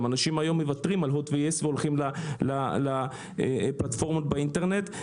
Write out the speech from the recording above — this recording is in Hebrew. אנשים גם מוותרים היום על הוט ויס והולכים לפלטפורמות באינטרנט.